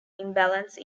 imbalance